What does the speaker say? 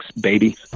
baby